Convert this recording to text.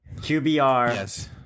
QBR